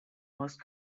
most